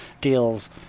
deals